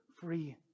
free